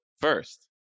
first